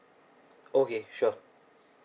okay sure